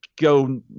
go